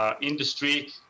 industry